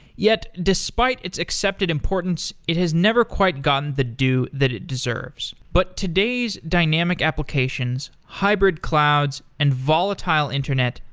yet, despite its accepted importance, it has never quite gotten the due that it deserves. but today's dynamic applications, hybrid clouds and volatile internet,